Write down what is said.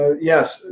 Yes